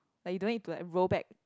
like you don't need to like roll back